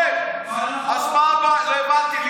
נכון, אז מה, לא הבנתי.